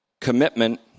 commitment